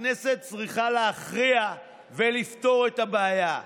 הכנסת צריכה להכריע ולפתור את הבעיה.